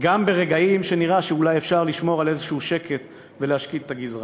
גם ברגעים שנראה שאולי אפשר לשמור על שקט כלשהו ולהשקיט את הגזרה.